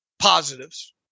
positives